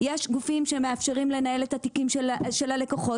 יש גופים שמאפשרים לנהל את התיקים של הלקוחות